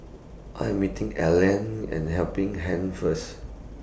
I Am meeting Allene At The Helping Hand First